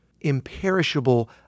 imperishable